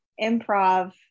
improv